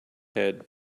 head